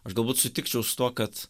aš galbūt sutikčiau su tuo kad